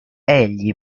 egli